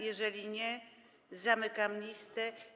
Jeżeli nie, zamykam listę.